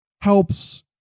helps